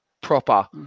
proper